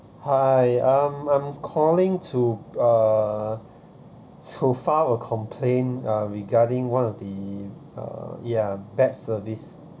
hi um I'm calling to uh to file a complain uh regarding one of the uh ya bad service